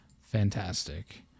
fantastic